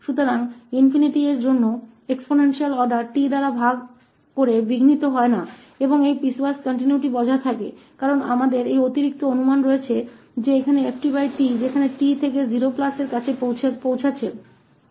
इसलिए exponential order 𝛼 को विभाजित करके विचलित नहीं किया जाता है और यह पीसवाइज कंटीन्यूअसता बनी रहती है क्योंकि हमारे पास यह अतिरिक्त धारणा है कि ft सीमा 𝑡 0 तक पहुंचती है